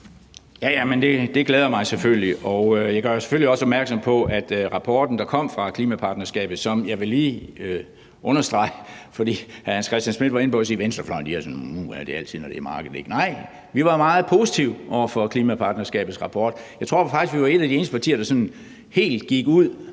selvfølgelig, og jeg vil selvfølgelig også gøre opmærksom på noget med hensyn til rapporten, der kom fra klimapartnerskabet, hvilket jeg lige vil understrege. For hr. Hans Christian Schmidt var inde på at sige: Venstrefløjen siger altid »uha«, når det er noget med markedet, ikke? Nej, vi var meget positive over for klimapartnerskabets rapport. Jeg tror faktisk, at vi var et af de eneste partier, der gik ud og